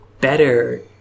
better